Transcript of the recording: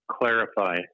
clarify